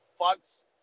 fucks